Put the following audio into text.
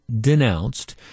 denounced